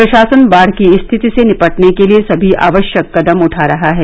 प्रशासन बाढ़ की रिथिति से निपटने के लिए समी आवश्यक कदम उठा रहा है